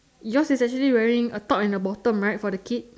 yours is actually a top and a bottom right for the kid